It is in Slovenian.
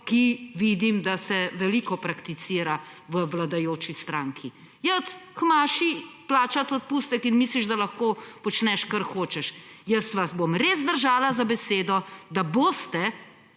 ki vidim, da se veliko prakticira v vladajoči stranki. Iti k maši, plačati odpustek in misliš, da lahko počneš, kar hočeš. Jaz vas bom res držala za besedo, da boste